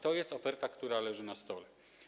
To jest oferta, która leży na stole.